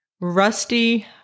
Rusty